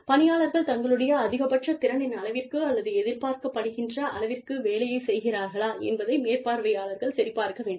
பணியாளர்கள் தங்களுடைய அதிகபட்ச திறனின் அளவிற்கு அல்லது எதிர்பார்க்கப்படுகின்ற அளவிற்கு வேலையைச் செய்கிறார்களா என்பதை மேற்பார்வையாளர்கள் சரிபார்க்க வேண்டும்